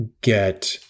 get